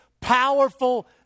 powerful